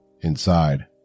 Inside